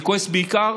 אני כועס בעיקר